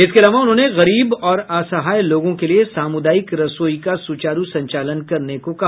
इसके अलावा उन्होंने गरीब और असहाय लोगों के लिए सामुदायिक रसोई का सुचारु संचालन करने को कहा